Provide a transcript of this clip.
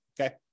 okay